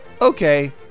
okay